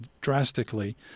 drastically